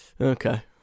Okay